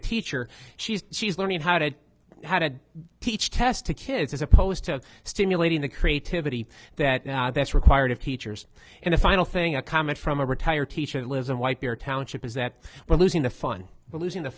a teacher she's she's learning how to how to teach test to kids as opposed to stimulating the creativity that now that's required of teachers in a final thing a comment from a retired teacher who lives in white bear township is that we're losing the fun but losing the